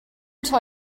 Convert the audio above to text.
until